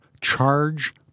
charge